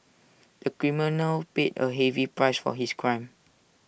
the criminal paid A heavy price for his crime